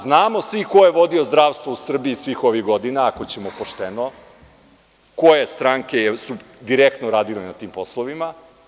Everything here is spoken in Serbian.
Znamo svi ko je vodio zdravstvo u Srbiji svih ovih godina, ako ćemo pošteno, koje stranke su direktno radile na tim poslovima.